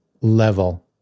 level